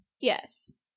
Yes